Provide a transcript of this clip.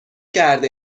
کرده